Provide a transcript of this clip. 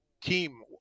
team